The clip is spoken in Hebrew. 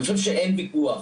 אני חושב שאין וויכוח